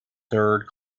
third